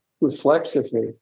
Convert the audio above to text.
reflexively